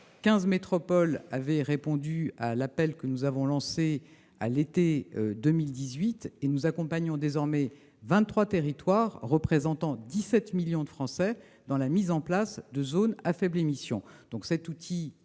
métropoles ont répondu à l'appel que nous avons lancé à l'été 2018. Nous accompagnons désormais vingt-trois territoires sur lesquels vivent 17 millions de Français dans la mise en place de zones à faibles émissions.